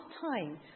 time